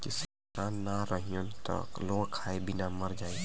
किसान ना रहीहन त लोग खाए बिना मर जाई